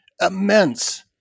Immense